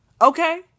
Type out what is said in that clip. Okay